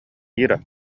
ира